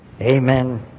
Amen